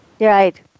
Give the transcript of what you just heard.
Right